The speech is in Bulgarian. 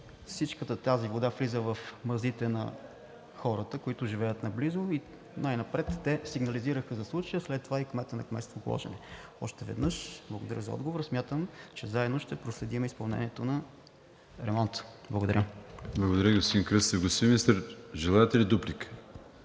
всичката тази вода влиза в мазетата на хората, които живеят наблизо, и най-напред те сигнализираха за случая, след това и кметът на село Гложене. Още веднъж благодаря за отговора, смятам, че заедно ще проследим изпълнението на ремонта. Благодаря. ПРЕДСЕДАТЕЛ АТАНАС АТАНАСОВ: Благодаря, господин Кръстев. Господин Министър, желаете ли дуплика?